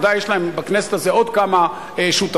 וודאי יש להן בכנסת עוד כמה שותפים,